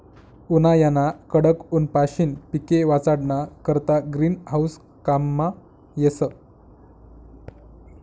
उन्हायाना कडक ऊनपाशीन पिके वाचाडाना करता ग्रीन हाऊस काममा येस